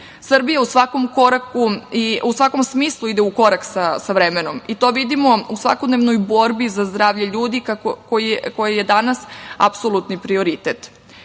i u svakom smislu ide u korak sa vremenom i to vidimo u svakodnevnoj borbi za zdravlje ljudi koja je danas apsolutni prioritet.